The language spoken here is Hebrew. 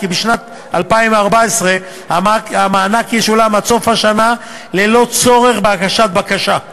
כי בשנת 2014 המענק ישולם עד סוף השנה ללא צורך בהגשת בקשה,